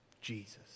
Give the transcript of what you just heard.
Jesus